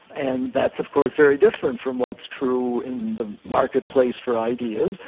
and that's of course very different from what's true in the marketplace for ideas.